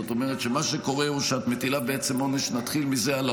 זאת אומרת שמה שקורה הוא שאת מטילה בעצם עונש על ההורים,